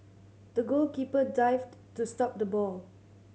the goalkeeper dived to stop the ball